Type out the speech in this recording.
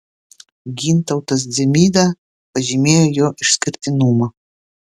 gintautas dzemyda pažymėjo jo išskirtinumą